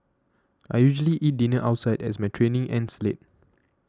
I usually eat dinner outside as my training ends late